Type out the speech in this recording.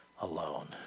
alone